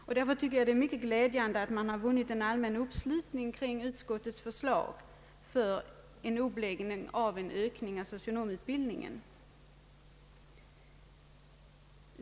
Det är därför mycket glädjande att utskottets förslag har vunnit allmän uppslutning när det gäller uppläggningen av utökad socionomutbildning.